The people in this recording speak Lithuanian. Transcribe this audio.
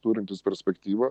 turintis perspektyvą